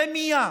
רמייה.